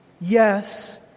Yes